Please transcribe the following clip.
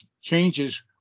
changes